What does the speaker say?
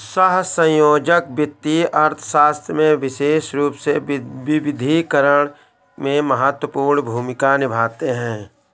सहसंयोजक वित्तीय अर्थशास्त्र में विशेष रूप से विविधीकरण में महत्वपूर्ण भूमिका निभाते हैं